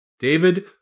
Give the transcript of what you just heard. David